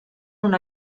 una